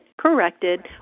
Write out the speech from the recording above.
corrected